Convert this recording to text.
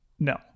No